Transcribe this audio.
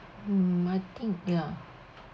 mm I think ya